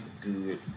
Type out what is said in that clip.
good